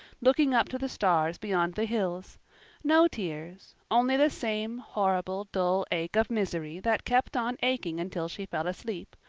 looking up to the stars beyond the hills no tears, only the same horrible dull ache of misery that kept on aching until she fell asleep,